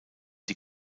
die